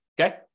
okay